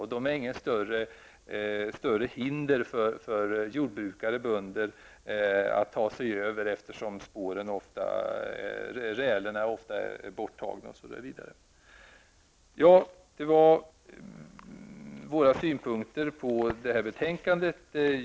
Det innebär inget större hinder för jordbrukare att ta sig över dem, eftersom spåren, rälerna, ofta är borttagna. Det var våra synpunkter på betänkandet.